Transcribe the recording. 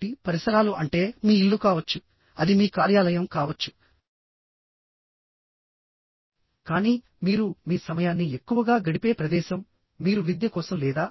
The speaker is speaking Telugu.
కాబట్టి పరిసరాలు అంటే మీ ఇల్లు కావచ్చు అది మీ కార్యాలయం కావచ్చుకానీ మీరు మీ సమయాన్ని ఎక్కువగా గడిపే ప్రదేశం మీరు విద్య కోసం లేదా